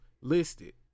listed